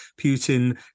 Putin